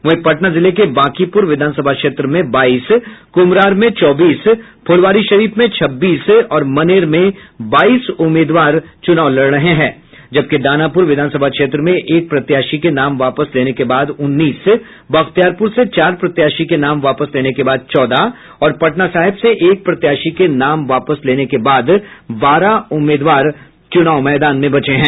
वहीं पटना जिले के बांकीप्र विधानसभा क्षेत्र में बाईस क्म्हरार में चौबीस फुलवारी में छब्बीस और मनेर में बाईस उम्मीदवार चुनाव लड़ रहे हैं जबकि दानापुर विधानसभा क्षेत्र में एक प्रत्याशी के नाम वापस लेने के बाद उन्नीस बख्तियारपूर से चार प्रत्याशी के नाम वापस लेने के बाद चौदह और पटना साहिब से एक प्रत्याशी के नाम वापस लेने के बाद बारह उम्मीदवार बचे हैं